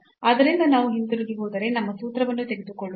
ಆದ್ದರಿಂದ ನಾವು ಹಿಂತಿರುಗಿ ಹೋದರೆ ನಮ್ಮ ಸೂತ್ರವನ್ನು ತೆಗೆದುಕೊಳ್ಳುವಾಗ